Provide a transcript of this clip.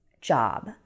job